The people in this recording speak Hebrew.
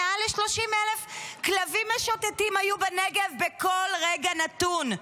מעל ל-30,000 כלבים משוטטים היו בנגב בכל רגע נתון.